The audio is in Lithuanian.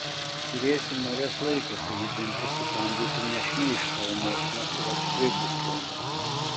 turėsi marias laiko kai ji dantis sukandusi nešmeiš savo motinos tada tikrai bus kilnu